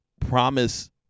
promise